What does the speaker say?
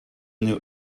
new